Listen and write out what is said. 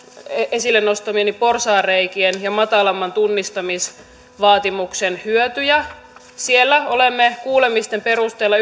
esille nostamiani porsaanreikiä ja matalamman tunnistamisvaatimuksen hyötyjä siellä olemme kuulemisten perusteella